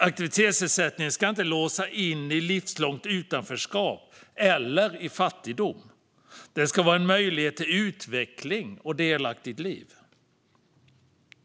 Aktivitetsersättningen ska inte låsa in i livslångt utanförskap eller i fattigdom, utan den ska vara en möjlighet till utveckling och delaktigt liv.